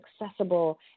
accessible